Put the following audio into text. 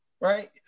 right